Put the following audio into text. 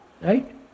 Right